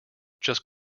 just